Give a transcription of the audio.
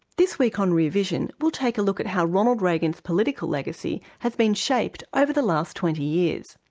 this week on rear vision, we'll take a look at how ronald reagan's political legacy has been shaped over the last twenty years.